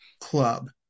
club